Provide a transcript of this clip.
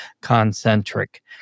Concentric